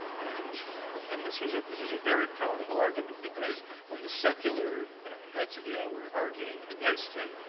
and and this was this was a very powerful argument, because when the secular heads of yale were arguing against him,